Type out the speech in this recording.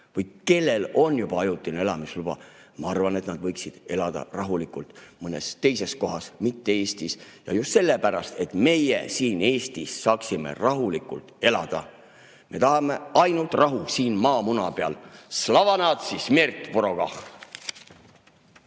Või kellel on juba ajutine elamisluba? Ma arvan, et nad võiksid elada rahulikult mõnes teises kohas, mitte Eestis. Ja just sellepärast, et meie siin Eestis saaksime rahulikult elada. Me tahame ainult rahu siin maamuna peal. Slava natsii, smert vorogam!